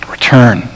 Return